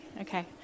Okay